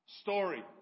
story